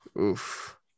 Oof